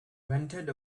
rented